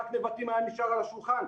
רק נבטים היה נשאר על השולחן.